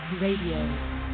Radio